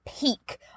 peak